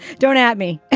don't at me